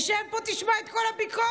תשב פה ותשמע את כל הביקורת.